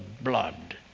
blood